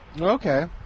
Okay